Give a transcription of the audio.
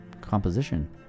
composition